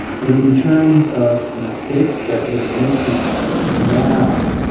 in terms of mistakes that we are making now,